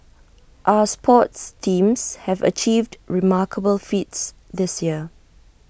our sports teams have achieved remarkable feats this year